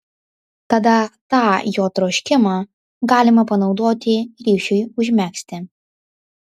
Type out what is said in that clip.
tada tą jo troškimą galima panaudoti ryšiui užmegzti